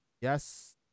yes